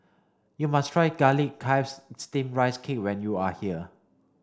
you must try garlic chives steamed rice cake when you are here